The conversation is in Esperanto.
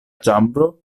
ĉambro